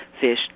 fish